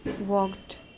walked